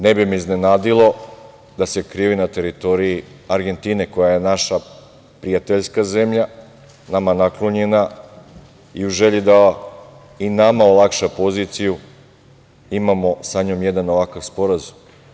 Ne bi me iznenadilo da se krio i na teritoriji Argentine, koja je naša prijateljska zemlja, nama naklonjena, i u želji da i nama olakša poziciju, imamo sa njom jedan ovakav sporazum.